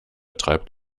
treibt